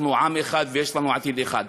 אנחנו עם אחד ויש לנו עתיד אחד.